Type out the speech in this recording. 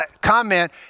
comment